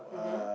(uh huh)